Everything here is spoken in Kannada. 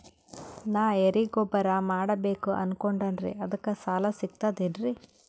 ನಾ ಎರಿಗೊಬ್ಬರ ಮಾಡಬೇಕು ಅನಕೊಂಡಿನ್ರಿ ಅದಕ ಸಾಲಾ ಸಿಗ್ತದೇನ್ರಿ?